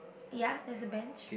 ya there's a bench